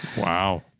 Wow